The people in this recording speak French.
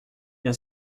bien